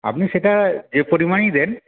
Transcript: আপনি সেটা যে পরিমাণেই দেন